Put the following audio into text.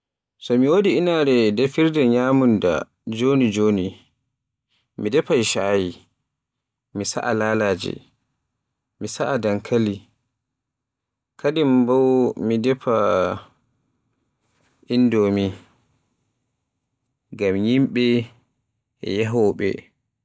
So mi wodi inaare defirde nyamunda joni-joni ni defay chaay, mi sa'a laalaje, mi sa'ai dankali, Kadim bo mi defa indomie ngam yimɓe e yahooɓe.